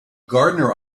gardener